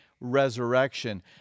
resurrection